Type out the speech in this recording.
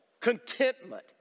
contentment